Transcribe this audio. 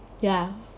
ya